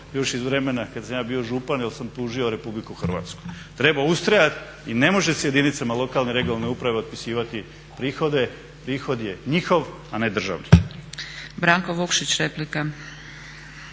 još iz vremena kada sam ja bio župan jer sam tužio RH. treba ustrajat i ne može se jedinice lokalne i regionalne samouprave otpisivati prihode, prihod je njihov a ne državni.